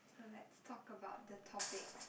so let's talk about the topics